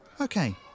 Okay